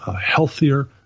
healthier